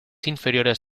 inferiores